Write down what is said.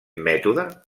mètode